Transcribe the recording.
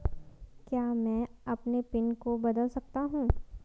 क्या मैं अपने पिन को बदल सकता हूँ?